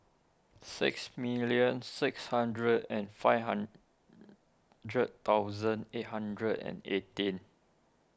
six million six hundred and five hundred thousand eight hundred and eighteen